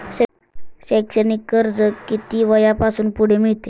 शैक्षणिक कर्ज किती वयापासून पुढे मिळते?